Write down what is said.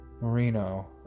Marino